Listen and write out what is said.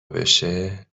بشه